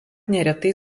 neretai